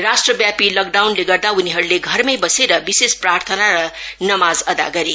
राष्ट्रव्यापी लकडाउनले गर्दा उनीहरूले घरमै बसेर विशेष प्रार्थना र नमाज अदा गरे